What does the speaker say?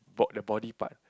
got the body part